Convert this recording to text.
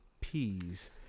peas